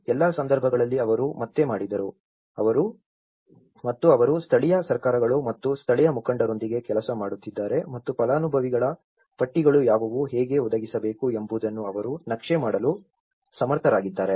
ಎಲ್ಲಾ ಸಂದರ್ಭಗಳಲ್ಲಿ ಅವರು ಮತ್ತೆ ಮಾಡಿದರು ಮತ್ತು ಅವರು ಸ್ಥಳೀಯ ಸರ್ಕಾರಗಳು ಮತ್ತು ಸ್ಥಳೀಯ ಮುಖಂಡರೊಂದಿಗೆ ಕೆಲಸ ಮಾಡುತ್ತಿದ್ದಾರೆ ಮತ್ತು ಫಲಾನುಭವಿಗಳ ಪಟ್ಟಿಗಳು ಯಾವುವು ಹೇಗೆ ಒದಗಿಸಬೇಕು ಎಂಬುದನ್ನು ಅವರು ನಕ್ಷೆ ಮಾಡಲು ಸಮರ್ಥರಾಗಿದ್ದಾರೆ